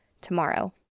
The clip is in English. tomorrow